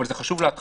אבל זה חשוב להתחלה